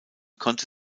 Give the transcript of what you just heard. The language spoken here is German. konnte